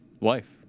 life